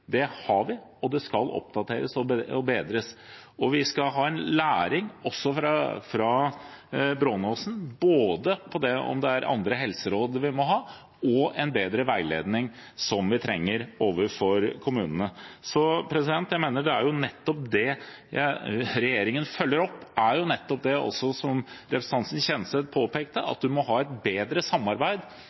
Det har vi, og den skal oppdateres og bedres. Vi skal lære av Brånåsen-saken, både om vi må ha andre helseråd, og om vi trenger bedre veiledning overfor kommunene. Så det som regjeringen følger opp, er jo nettopp, som også representanten Kjenseth påpekte, at vi må ha et bedre samarbeid